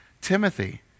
Timothy